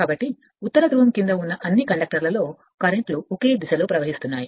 కాబట్టి ఉత్తర ధ్రువం క్రింద ఉన్న అన్ని కండక్టర్ల క్రింద ఉన్న అన్ని కరెంట్లు ఒకే దిశలో ప్రవహిస్తున్నాయి